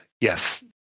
yes